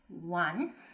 One